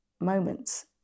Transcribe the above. moments